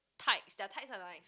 tights their tights are nice